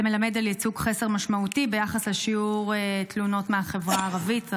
זה מלמד על ייצוג חסר משמעותי ביחס לשיעור התלונות מהחברה הערבית,